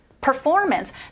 performance